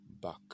back